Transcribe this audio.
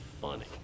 funny